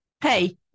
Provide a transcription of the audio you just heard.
Hey